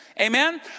Amen